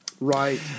Right